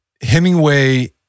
Hemingway